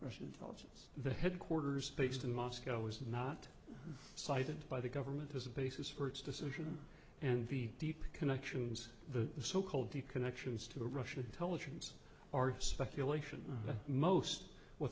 russian intelligence the headquarters based in moscow is not cited by the government as a basis for its decision and the deep connections the so called the connections to russia intelligence are speculation but most what